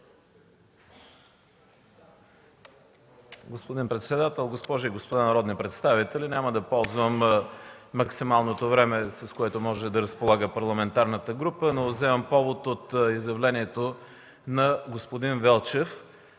Господин председател, госпожи и господа народни представители! Няма да ползвам максималното време, с което може да разполага парламентарната група. Вземам повод от изявлението на господин Велчев.